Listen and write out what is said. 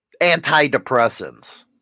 antidepressants